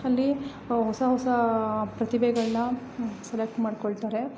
ಅಲ್ಲಿ ಹೊಸ ಹೊಸ ಪ್ರತಿಭೆಗಳನ್ನ ಸೆಲೆಕ್ಟ್ ಮಾಡಿಕೊಳ್ತಾರೆ